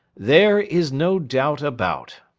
there is no doubt about.